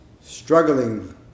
struggling